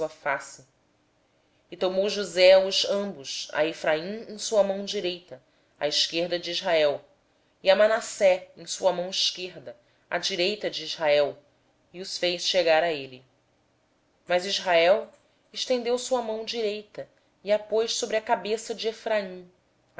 face e josé tomou os dois a efraim com a sua mão direita à esquerda de israel e a manassés com a sua mão esquerda à direita de israel e assim os fez chegar a ele mas israel estendendo a mão direita colocou a sobre a cabeça de efraim